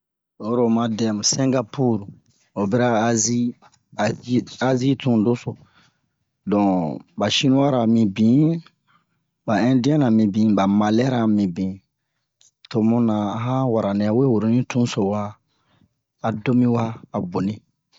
Oyi ro oma dɛmu Sɛngapur o bira azi azi azi tun deso don ba shiniwara mibin ba indiɛn na mibin ba malɛra mibin to mu na a han wara nɛ we woro ni tun so wa a do mi wa a boni